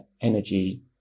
energy